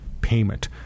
payment